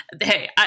hey